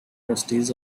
trustees